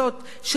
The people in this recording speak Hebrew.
של קרע,